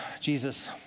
Jesus